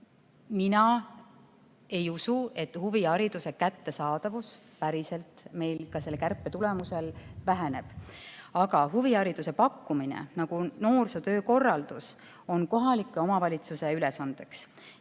mina ei usu, et huvihariduse kättesaadavus päriselt meil ka selle kärpe tagajärjel väheneb. Aga huvihariduse pakkumine, nagu ka noorsootöö korraldus on kohaliku omavalitsuse ülesanne.